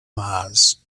maas